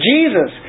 Jesus